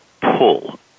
pull